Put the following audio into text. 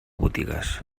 botigues